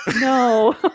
no